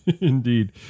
Indeed